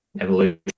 Evolution